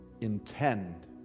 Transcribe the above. intend